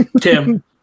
Tim